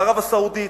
מערב הסעודית.